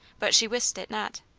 but she wist it not.